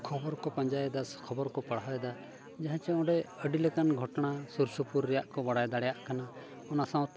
ᱠᱷᱚᱵᱚᱨ ᱠᱚ ᱯᱟᱸᱡᱟᱭᱮᱫᱟ ᱥᱮ ᱠᱷᱚᱵᱚᱨ ᱠᱚ ᱯᱟᱲᱦᱟᱣᱮᱫᱟ ᱡᱟᱦᱟᱸ ᱪᱮ ᱚᱸᱰᱮ ᱟᱹᱰᱤ ᱞᱮᱠᱟᱱ ᱜᱷᱚᱴᱚᱱᱟ ᱥᱩᱨ ᱥᱩᱯᱩᱨ ᱨᱮᱭᱟᱜ ᱠᱚ ᱵᱟᱲᱟᱭ ᱫᱟᱲᱮᱭᱟᱜ ᱠᱟᱱᱟ ᱚᱱᱟ ᱥᱟᱶᱛᱮ